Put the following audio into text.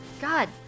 God